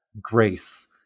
grace